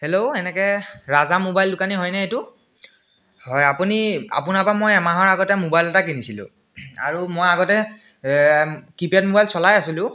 hello এনেকৈ Raja mobile দোকানী হয়নে এইটো হয় আপুনি আপোনাৰ পৰা মই এমাহৰ আগতে মোবাইল এটা কিনিছিলোঁ আৰু মই আগতে কিপেড মোবাইল চলাই আছিলোঁ